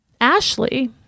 Ashley